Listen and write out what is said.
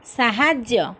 ସାହାଯ୍ୟ